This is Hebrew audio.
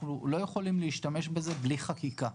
אנחנו לא יכולים להשתמש בזה בלי חקיקה.